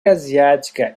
asiática